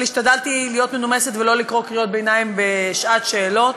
אבל השתדלתי להיות מנומסת ולא לקרוא קריאות ביניים בשעת השאלות.